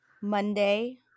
Monday